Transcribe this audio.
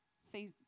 see